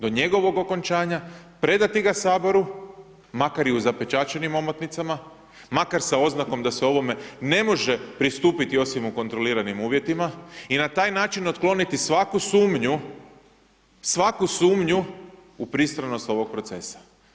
Do njegovog okončanja, predati ga Saboru, makar i u zapečaćenim omotnicama, makar sa oznakom da se ovome ne može pristupiti osim u kontroliranim uvjetima, i na taj način otkloniti svaku sumnju, svaku sumnju u pristranost ovog procesa.